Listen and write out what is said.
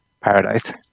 paradise